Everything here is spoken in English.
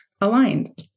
aligned